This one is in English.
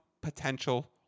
potential